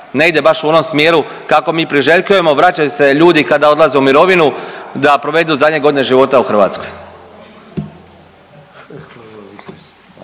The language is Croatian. ne ide baš u onom smjeru kako mi priželjkujemo, vraćaju se ljudi kada odlaze u mirovinu da provedu zadnje godine života u Hrvatskoj.